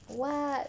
what